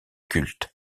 culte